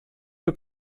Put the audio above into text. für